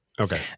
Okay